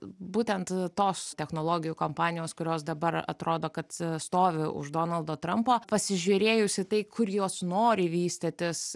būtent tos technologijų kompanijos kurios dabar atrodo kad stovi už donaldo trampo pasižiūrėjus į tai kur jos nori vystytis